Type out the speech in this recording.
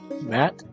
Matt